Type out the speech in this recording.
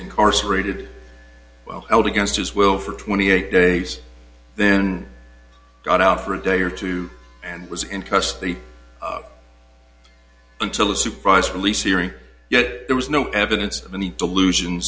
incarcerated well held against his will for twenty eight days then got out for a day or two and was in custody until a surprise release hearing yet there was no evidence of any delusion